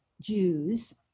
Jews